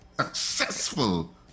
successful